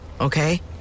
Okay